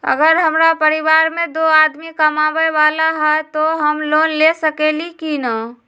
अगर हमरा परिवार में दो आदमी कमाये वाला है त हम लोन ले सकेली की न?